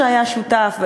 שהיה שותף,